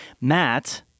Matt